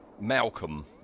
Malcolm